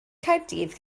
caerdydd